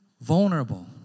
vulnerable